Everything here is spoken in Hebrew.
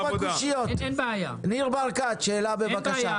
ניר ברקת, שאלה בבקשה.